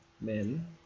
men